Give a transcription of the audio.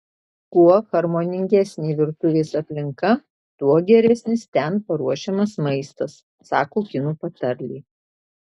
kuo harmoningesnė virtuvės aplinka tuo geresnis ten paruošiamas maistas sako kinų patarlė